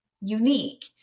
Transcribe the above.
unique